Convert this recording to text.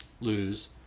lose